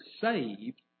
saved